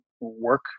work